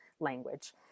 language